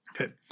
Okay